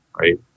right